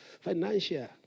financial